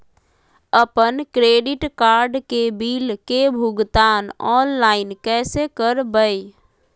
अपन credit card के bill के भुगतान ऑनलाइन कैसे करबैय?